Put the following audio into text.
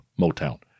Motown